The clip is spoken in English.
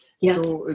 Yes